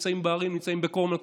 נמצאים בערים, נמצאים בכל מקום.